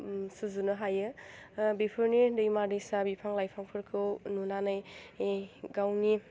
सुजुनो हायो बेफोरनि दैमा दैसा बिफां लाइफांफोरखौ नुनानै गावनि